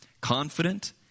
Confident